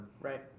right